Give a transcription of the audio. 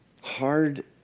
Hard